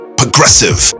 progressive